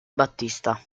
battista